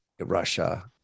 Russia